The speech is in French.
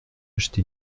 acheté